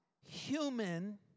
human